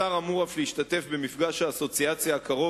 השר אמור אף להשתתף במפגש האסוציאציה הקרוב